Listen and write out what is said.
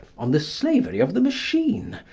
on the slavery of the machine,